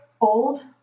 old